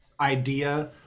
idea